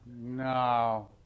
no